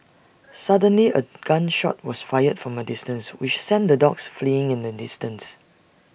suddenly A gun shot was fired from A distance which sent the dogs fleeing in an instant